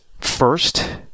first